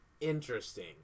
Interesting